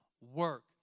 work